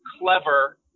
clever